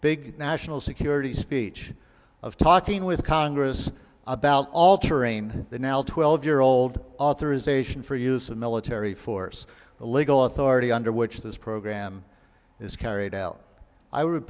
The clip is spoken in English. big national security speech of talking with congress about altering the now twelve year old authorization for use of military force a legal authority under which this program is carried out i would